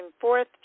fourth